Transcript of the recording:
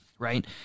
right